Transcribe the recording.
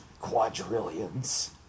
quadrillions